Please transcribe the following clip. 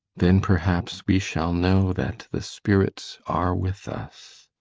then, perhaps, we shall know that the spirits are with us.